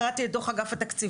קראתי את דוח אגף התקציבים,